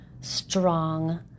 strong